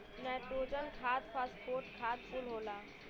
nitrogen खाद phosphate खाद कुल होला